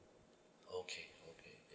okay okay